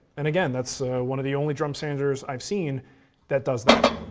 and again, that's one of the only drum sanders i've seen that does that.